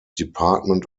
department